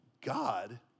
God